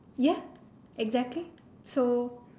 ya exactly so